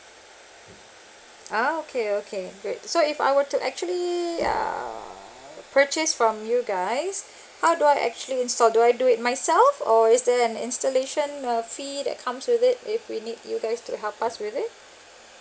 okay okay great so if I were to actually err purchase from you guys how do I actually install do I do it myself or is there an installation err fee that comes with it if we need you guys to help us with it